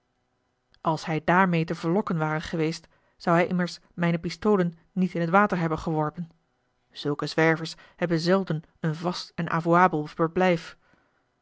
als hij daarmeê te verlokken ware geweest zou hij immers mijne pistolen niet in t water hebben geworpen zulke zwervers hebben zelden een vast en avouabel verblijf